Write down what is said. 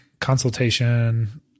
consultation